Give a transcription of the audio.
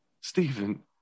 Stephen